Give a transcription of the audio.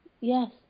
Yes